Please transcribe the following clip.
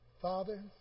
Father